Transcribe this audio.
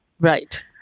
Right